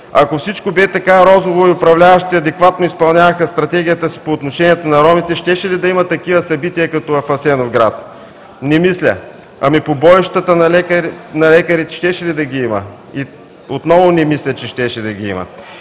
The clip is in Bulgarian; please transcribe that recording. Ако всичко бе така розово и управляващите адекватно изпълняваха стратегията си по отношението на ромите, щеше ли да има такива събития като в Асеновград? Не мисля. Ами побоищата над лекарите щеше ли да ги има? Отново не мисля, че щеше да ги има.